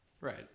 Right